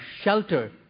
shelter